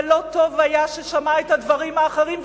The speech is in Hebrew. ולא טוב היה ששמע את הדברים האחרים,